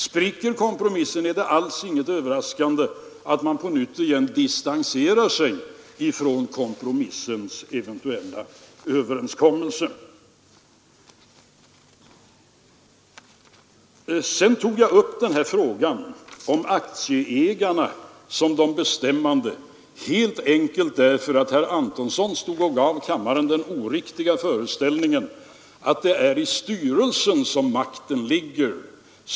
Spricker kompromissen är det alls inget överraskande att man på nytt distanserar sig från kompromissens eventuella överenskommelse. Jag tog sedan upp frågan om aktieägarna som de bestämmande. Jag gjorde detta helt enkelt därför att herr Antonsson gav kammaren den oriktiga föreställningen att det är i styrelsen som makten ligger.